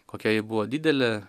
kokia ji buvo didelė